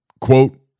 quote